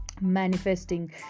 manifesting